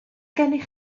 gennych